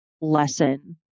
lesson